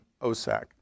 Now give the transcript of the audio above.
OSAC